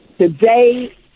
today